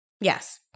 Yes